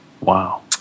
Wow